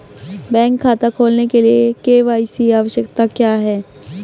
Bank खाता खोलने के लिए के.वाई.सी आवश्यकताएं क्या हैं?